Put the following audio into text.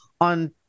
on